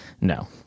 no